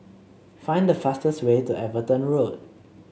find the fastest way to Everton Road